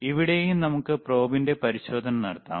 ഇവിടെയും നമുക്ക് probeന്റെ പരിശോധന നടത്താം